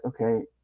okay